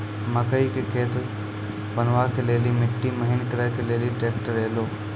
मकई के खेत बनवा ले ली मिट्टी महीन करे ले ली ट्रैक्टर ऐलो?